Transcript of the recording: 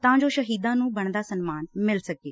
ਤਾਂ ਜੋ ਸ਼ਹੀਦਾਂ ਨੁੰ ਬਣਦਾ ਸਨਮਾਨ ਮਿਲ ਸਕੇ